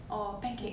or pancake